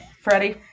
Freddie